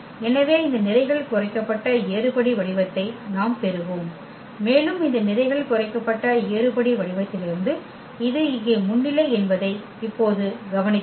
எனவே இந்த நிரைகள் குறைக்கப்பட்ட ஏறுபடி வடிவத்தை நாம் பெறுவோம் மேலும் இந்த நிரைகள் குறைக்கப்பட்ட ஏறுபடி வடிவத்திலிருந்து இது இங்கே முன்னிலை என்பதை இப்போது கவனிக்கிறோம்